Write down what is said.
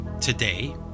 today